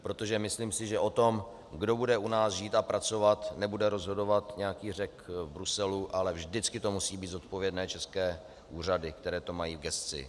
Protože myslím si, že o tom, kdo bude u nás žít a pracovat, nebude rozhodovat nějaký Řek v Bruselu, ale vždycky to musí být zodpovědné české úřady, které to mají v gesci.